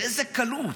באיזה קלות,